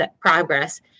progress